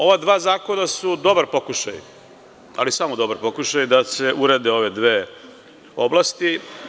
Ova dva zakona su dobar pokušaj, ali samo dobar pokušaj da se urede ove dve oblasti.